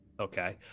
okay